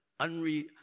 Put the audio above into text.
unre